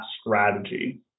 strategy